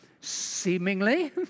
seemingly